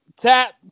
tap